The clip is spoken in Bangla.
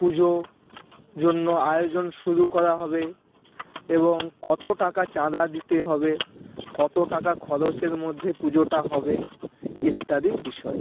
পুজো জন্য আয়োজন শুরু করা হবে এবং কতো টাকা চাঁদা দিতে হবে কতো টাকা খরচের মধ্যে পুজোটা হবে ইত্যাদি বিষয়ে